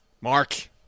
Mark